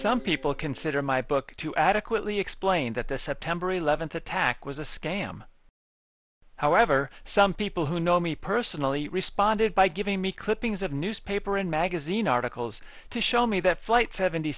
people consider my book to adequately explain that the september eleventh attack was a scam however some people who know me personally responded by giving me clippings of newspaper and magazine articles to show me that flight seventy